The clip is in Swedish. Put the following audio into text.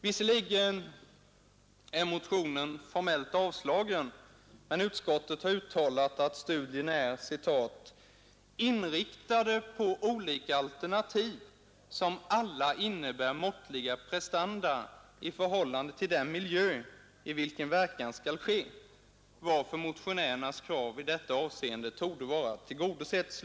Visserligen är motionen formellt avstyrkt, men utskottet har uttalat att studierna är ”inriktade på olika alternativ som alla innebär måttliga prestanda i förhållande till den miljö i vilken verkan skall ske, varför motionärernas krav i detta avseende torde vara tillgodosett”.